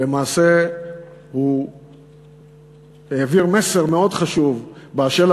הוא למעשה העביר מסר מאוד חשוב באשר